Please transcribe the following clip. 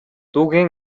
дүүгээ